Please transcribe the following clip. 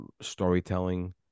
storytelling